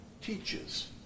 teaches